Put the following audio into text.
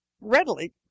readily